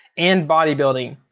and body building.